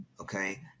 okay